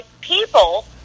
people